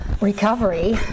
Recovery